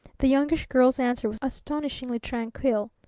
the youngish girl's answer was astonishingly tranquil.